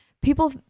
people